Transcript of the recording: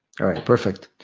right, perfect.